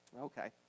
Okay